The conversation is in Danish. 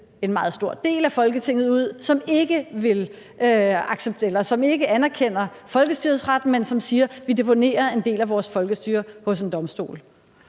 en meget stor del af Folketinget ud, som ikke anerkender folkestyrets ret, men som siger: Vi deponerer en del af vores folkestyre hos en domstol.